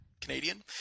Canadian